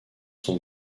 sont